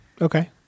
Okay